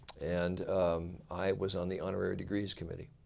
and i was on the honorary degrees committee